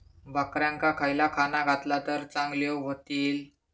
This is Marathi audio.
बकऱ्यांका खयला खाणा घातला तर चांगल्यो व्हतील?